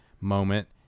moment